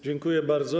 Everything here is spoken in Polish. Dziękuję bardzo.